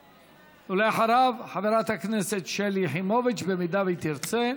ואחריו, חברת הכנסת שלי יחימוביץ, אם היא תרצה.